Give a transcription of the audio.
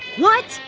what?